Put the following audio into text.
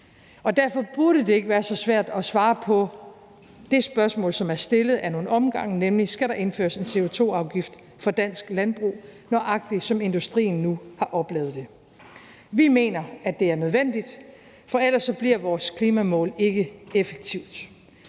Derfor burde det ikke være så svært at svare på det spørgsmål, som er stillet ad nogle omgange, nemlig: Skal der indføres en CO2-afgift for dansk landbrug, nøjagtig som industrien nu har oplevet det? Vi mener, at det er nødvendigt, for ellers bliver vores klimamål ikke effektivt.